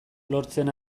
lortzen